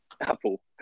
Apple